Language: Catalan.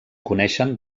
coneixen